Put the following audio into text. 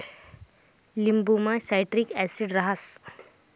लिंबुमा citric acid रहास